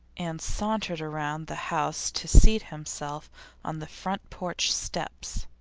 and sauntered around the house to seat himself on the front porch steps.